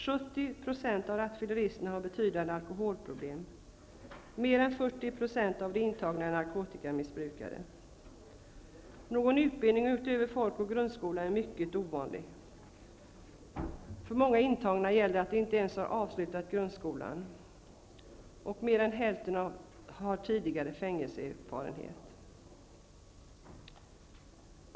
70 % av rattfylleristerna har betydande alkoholproblem. Mer än 40 % av de intagna är narkotikamissbrukare. Någon utbildning utöver folk eller grundskola är mycket ovanlig. För många intagna gäller att de inte ens har avslutat grundskolan. Mer än hälften har tidigare fängeleseerfarenhet.